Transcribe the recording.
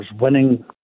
winning